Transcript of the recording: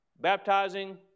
baptizing